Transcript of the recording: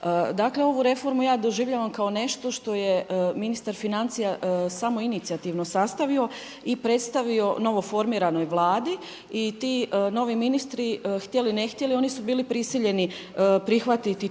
Dakle ovu reformu ja doživljavam kao nešto što je ministar financija samoinicijativno sastavio i predstavio novoformiranoj Vladi i ti novi ministri, htjeli ne htjeli oni su bili prisiljeni prihvatiti